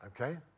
Okay